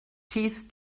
teeth